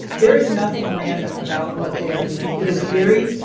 there is nothing random about what they are doing. it is very,